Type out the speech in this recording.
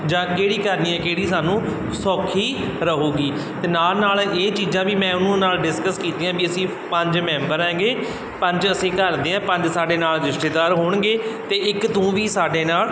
ਜਾਂ ਕਿਹੜੀ ਕਰਨੀ ਹੈ ਕਿਹੜੀ ਸਾਨੂੰ ਸੌਖੀ ਰਹੇਗੀ ਅਤੇ ਨਾਲ ਨਾਲ ਇਹ ਚੀਜ਼ਾਂ ਵੀ ਮੈਂ ਉਹਨੂੰ ਨਾਲ ਡਿਸਕਸ ਕੀਤੀਆਂ ਵੀ ਅਸੀਂ ਪੰਜ ਮੈਂਬਰ ਐਂਗੇ ਪੰਜ ਅਸੀਂ ਘਰਦੇ ਹਾਂ ਪੰਜ ਸਾਡੇ ਨਾਲ ਰਿਸ਼ਤੇਦਾਰ ਹੋਣਗੇ ਅਤੇ ਇੱਕ ਤੂੰ ਵੀ ਸਾਡੇ ਨਾਲ